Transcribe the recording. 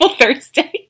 Thursday